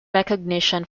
recognition